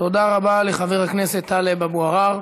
תודה רבה לחבר הכנסת טלב אבו עראר.